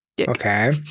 Okay